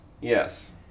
Yes